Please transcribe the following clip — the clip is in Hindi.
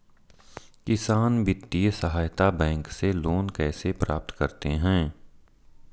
किसान वित्तीय सहायता बैंक से लोंन कैसे प्राप्त करते हैं?